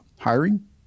hiring